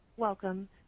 Welcome